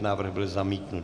Návrh byl zamítnut.